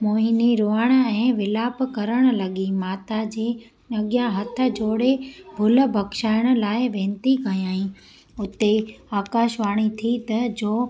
मोहिनी रोअण ऐं विलाप करणु लॻी माता जे अॻियां हथ जोड़े भूल बख़्शायण लाइ विनंती कयई हुते आकाशवाणी थी त जो